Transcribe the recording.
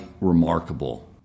remarkable